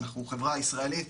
אנחנו חברה ישראלית,